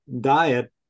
diet